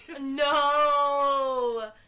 no